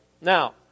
Now